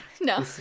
no